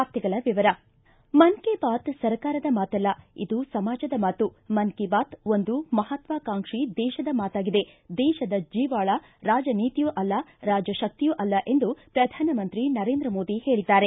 ವಾರ್ತೆಗಳ ವಿವರ ಮನ್ ಕಿ ಬಾತ್ ಸರ್ಕಾರದ ಮಾತಲ್ಲ ಇದು ಸಮಾಜದ ಮಾತು ಮನ್ ಕಿ ಬಾತ್ ಒಂದು ಮಹತ್ವಾಕಾಂಕ್ಷಿ ದೇಶದ ಮಾತಾಗಿದೆ ದೇಶದ ಜೀವಾಳ ರಾಜನೀತಿಯೂ ಅಲ್ಲ ರಾಜಶಕ್ತಿಯೂ ಅಲ್ಲ ಎಂದು ಪ್ರಧಾನಮಂತ್ರಿ ನರೇಂದ್ರ ಮೋದಿ ಹೇಳಿದ್ದಾರೆ